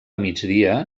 migdia